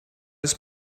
his